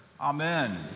Amen